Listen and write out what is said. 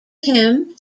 him